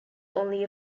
only